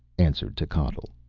answered techotl,